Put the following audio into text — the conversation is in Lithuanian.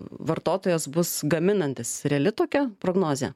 vartotojas bus gaminantis reali tokia prognozė